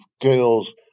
girls